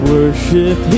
Worship